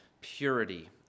purity